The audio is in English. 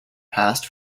passed